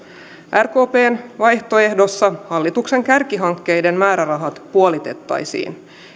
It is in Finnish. rkpn vaihtoehdossa hallituksen kärkihankkeiden määrärahat puolitettaisiin